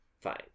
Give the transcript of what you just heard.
Fine